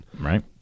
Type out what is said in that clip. Right